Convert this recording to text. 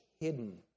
hidden